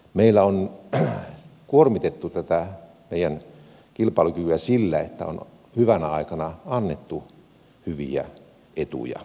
meillä on kuormitettu meidän kilpailukykyä sillä että on hyvänä aikana annettu hyviä etuja